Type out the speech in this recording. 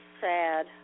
sad